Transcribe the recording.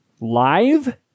live